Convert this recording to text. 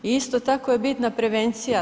I isto tako je bitna prevencija.